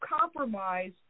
compromise